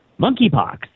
monkeypox